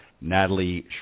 Natalie